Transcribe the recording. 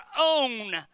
own